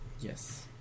yes